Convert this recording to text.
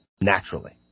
naturally